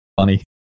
funny